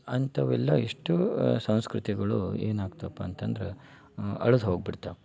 ಅಂಥವೆಲ್ಲ ಎಷ್ಟು ಸಂಸ್ಕೃತಿಗಳು ಏನಾಗ್ತವಪ್ಪ ಅಂತಂದ್ರೆ ಅಳ್ದೋಗ್ಬಿಡ್ತಾವೆ